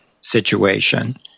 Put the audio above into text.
situation